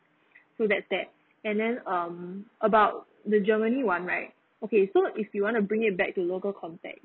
so that's that and then um about the germany one right okay so if you want to bring it back to local context